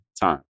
time